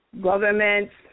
governments